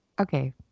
okay